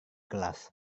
kelas